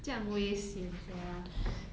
这样危险 sia